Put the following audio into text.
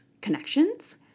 connections